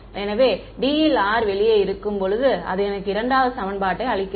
எனவே D ல் r வெளியே இருக்கும் போது அது எனக்கு இரண்டாவது சமன்பாட்டை அளிக்கிறது